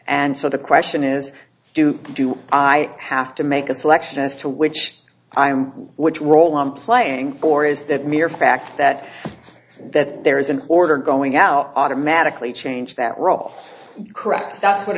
and so the question is do do i have to make a selection as to which i am which role i'm playing or is that mere fact that that there is an order going out automatically change that role correct that's what